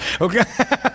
Okay